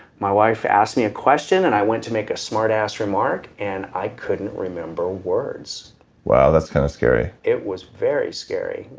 my wife asked me a question and i went to make a smartass remark and i couldn't remember words wow that's kind of scary it was very scary.